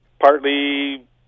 partly